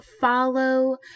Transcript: follow